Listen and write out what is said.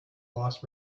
lost